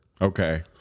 Okay